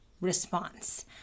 response